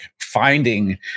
finding